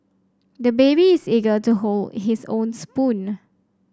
the baby is eager to hold his own spoon